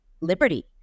liberty